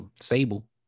Sable